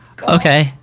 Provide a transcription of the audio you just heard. Okay